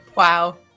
Wow